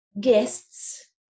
guests